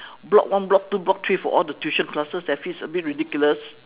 block one block two block three for all the tuition classes I feel it's a bit ridiculous